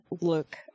look